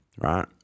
Right